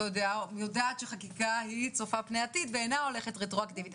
יודעת שחקיקה צופה פני עתיד ואינה חלה רטרו-אקטיבית,